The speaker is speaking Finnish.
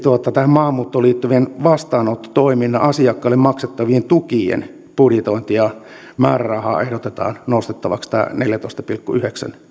maahanmuuttoon liittyvän vastaanottotoiminnan asiakkaille maksettavien tukien budjetoitua määrärahaa ehdotetaan nostettavaksi neljätoista pilkku yhdeksän